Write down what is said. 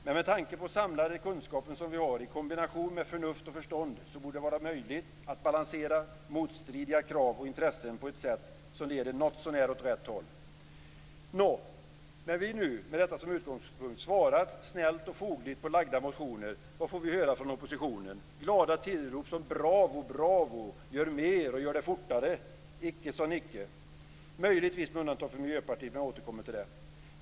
Men med tanke på vår samlade kunskap i kombination med förnuft och förstånd borde det vara möjligt att balansera motstridiga krav och intressen på ett sätt som leder någotsånär åt rätt håll. Nå, när vi nu har svarat snällt och fogligt på väckta motioner, vad får vi då höra från oppositionen? Glada tillrop som "Bravo!" eller "Gör mer och fortare!"? Icke, sa Nicke, möjligtvis med undantag av Miljöpartiet, som jag återkommer till.